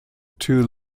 two